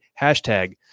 hashtag